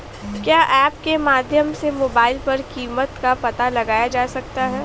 क्या ऐप के माध्यम से मोबाइल पर कीमत का पता लगाया जा सकता है?